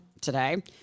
today